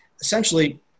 essentially